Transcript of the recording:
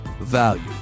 value